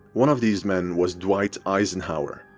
one of these men was dwight eisenhower.